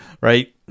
right